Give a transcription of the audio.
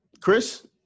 Chris